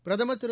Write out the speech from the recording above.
பிரதமர் திரு